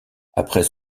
après